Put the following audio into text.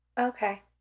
Okay